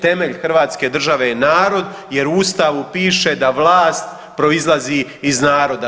Temelj Hrvatske države je narod jer u Ustavu piše da vlast proizlazi iz naroda.